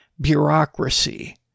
bureaucracy